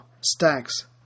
stacks